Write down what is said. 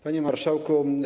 Panie Marszałku!